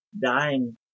dying